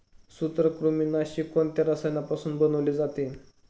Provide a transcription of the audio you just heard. सूत्रकृमिनाशी कोणत्या रसायनापासून बनवले जाते?